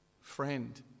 friend